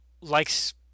likes